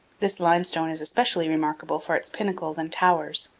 this limestone is especially remarkable for its pinnacles and towers.